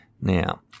Now